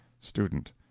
Student